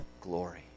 glory